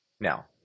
Now